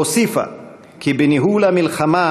והוסיפה כי "בניהול המלחמה"